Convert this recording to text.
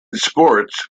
sports